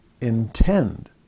intend